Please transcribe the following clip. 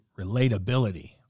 relatability